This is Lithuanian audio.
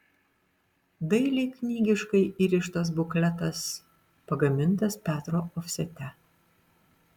dailiai knygiškai įrištas bukletas pagamintas petro ofsete